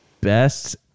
best